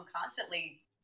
constantly